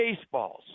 baseballs